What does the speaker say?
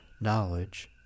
knowledge